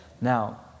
Now